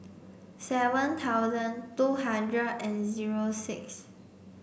seven thousand two hundred and zero six